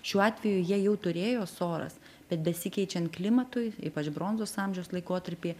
šiuo atveju jie jau turėjo soras bet besikeičiant klimatui ypač bronzos amžiaus laikotarpyje